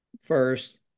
First